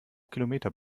kilometer